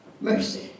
Mercy